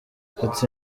ati